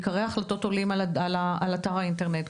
עיקרי ההחלטות עולים לאתר האינטרנט,